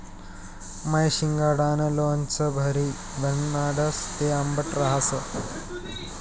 माय शिंगाडानं लोणचं भारी बनाडस, ते आंबट रहास